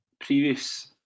previous